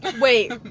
Wait